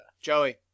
Joey